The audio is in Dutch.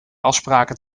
afspraken